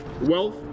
wealth